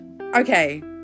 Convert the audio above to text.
Okay